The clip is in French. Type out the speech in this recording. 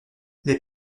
les